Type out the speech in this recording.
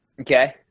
Okay